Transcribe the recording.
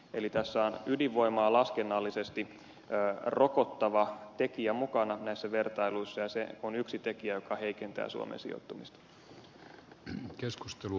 eli ydinvoimasta laskennallisesti rokottava tekijä on mukana näissä vertailuissa ja se on yksi tekijä joka heikentää suomen sijoittumista